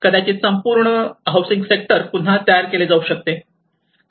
कदाचित संपूर्ण housing sector पुन्हा तयार केले जाऊ शकते